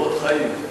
קורות חיים.